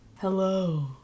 Hello